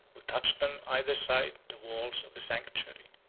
who touched on either side the walls of the sanctuary.